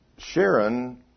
Sharon